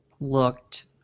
looked